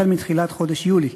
בתחילת חודש יולי,